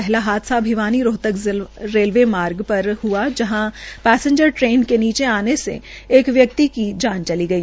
पहला हादसा भिवानी रोहतक रेलवे मार्गपर हुआ जहां पैसेंजर ट्रेन के नीचे आने से एक व्यकित की जान चली गई